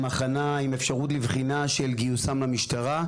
עם הכנה ועם אפשרות לבחינה של גיוסם למשטרה.